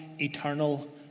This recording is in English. eternal